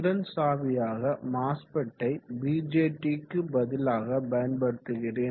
திறன் சாவியாக மாஸ்பெட்டை பிஜெற்றிக்கு பதில் பயன்படுத்துகிறேன்